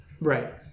Right